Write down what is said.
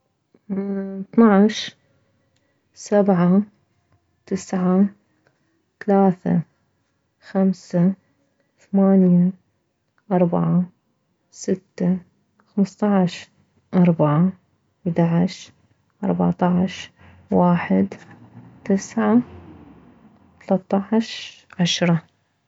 اثناعش سبعة تسعة ثلاثة خمسة ثمانية اربعة ستة خمسطعش اربعة احدعش اربعطعش واحد تسعة ثلاثطعش عشرة